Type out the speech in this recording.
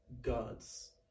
gods